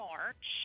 March